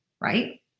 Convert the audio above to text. right